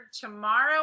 tomorrow